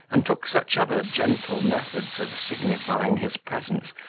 and took such other gentle methods of signifying his presence,